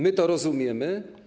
My to rozumiemy.